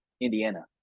indiana